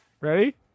Ready